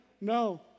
No